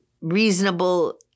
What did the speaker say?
reasonable